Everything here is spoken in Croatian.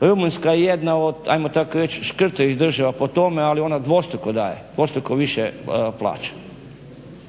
Rumunjska je jedna od ajmo tako reći škrtija država po tome ali ona dvostruko daje dvostruko više plaća.